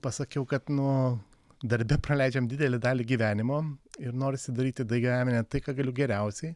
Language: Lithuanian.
pasakiau kad nu darbe praleidžiam didelę dalį gyvenimo ir norisi daryti tai gyvenime ne tai ką galiu geriausiai